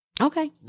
Okay